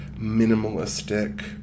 minimalistic